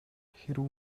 хэрэв